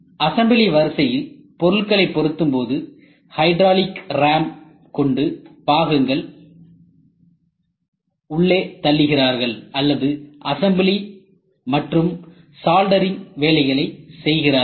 assembly வரிசையில் பொருள்களை பொருத்தும்போது ஹைட்ராலிக் ராம்ப் கொண்டு பாகங்களை உள்ளே தள்ளுகிறார்கள் அல்லது அசம்பிளி மற்றும் சால்டரிங் வேலைகளை செய்கிறார்கள்